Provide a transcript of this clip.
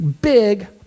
big